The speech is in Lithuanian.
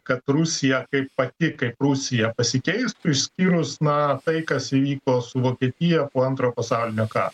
kad rusija kaip pati kaip rusija pasikeistų išskyrus na tai kas įvyko su vokietija po antrojo pasaulinio karo